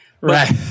Right